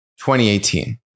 2018